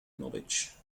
knowledge